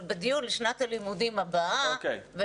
אבל תגיעו לשנת הלימודים הבאה אז